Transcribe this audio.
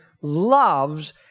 loves